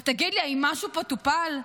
אז תגיד לי, משהו פה טופל?